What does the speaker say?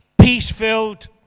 peace-filled